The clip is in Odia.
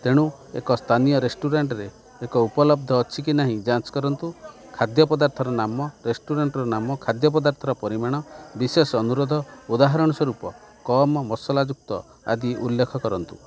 ତେଣୁ ଏକ ସ୍ଥାନୀୟ ରେଷ୍ଟୁରାଣ୍ଟ୍ରେ ଏକ ଉପଲବ୍ଧ ଅଛି କି ନାହିଁ ଯାଞ୍ଚ୍ କରନ୍ତୁ ଖାଦ୍ୟ ପଦାର୍ଥର ନାମ ରେଷ୍ଟୁରାଣ୍ଟ୍ର ନାମ ଖାଦ୍ୟ ପଦାର୍ଥର ପରିମାଣ ବିଶେଷ ଅନୁରୋଧ ଉଦାହରଣ ସ୍ୱରୂପ କମ ମସଲାଯୁକ୍ତ ଆଦି ଉଲ୍ଲେଖ କରନ୍ତୁ